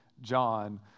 John